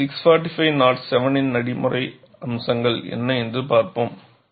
B645 07 இன் நடைமுறை அம்சங்கள் என்ன என்று பார்ப்போம்